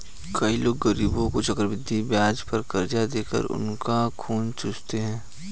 कई लोग गरीबों को चक्रवृद्धि ब्याज पर कर्ज देकर उनका खून चूसते हैं